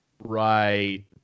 right